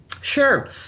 Sure